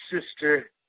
Sister